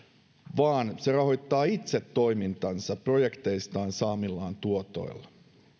vaan se rahoittaa itse toimintansa projekteistaan saamillaan tuotoilla